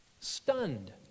stunned